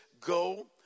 go